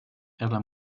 ela